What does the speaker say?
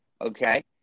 Okay